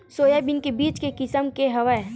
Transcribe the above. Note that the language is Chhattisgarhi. सोयाबीन के बीज के किसम के हवय?